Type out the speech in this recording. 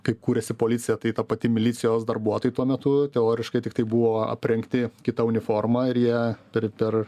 kai kūrėsi policija tai ta pati milicijos darbuotojai tuo metu teoriškai tiktai buvo aprengti kita uniforma ir jie per per